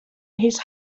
his